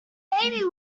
baby